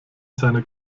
seiner